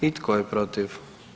I tko je protiv?